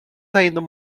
saindo